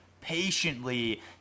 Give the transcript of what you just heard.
patiently